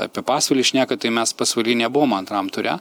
apie pasvalį šnekat tai mes pasvaly nebuvom antram ture